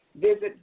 Visit